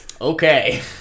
Okay